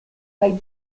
kaj